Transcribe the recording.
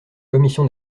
commission